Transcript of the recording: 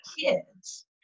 kids